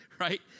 Right